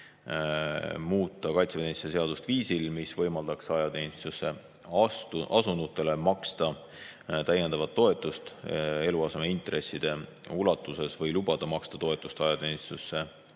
muuta kaitseväeteenistuse seadust viisil, mis võimaldaks ajateenistusse asunutele maksta täiendavat toetust eluasemeintresside ulatuses või lubada maksta toetust ajateenistusse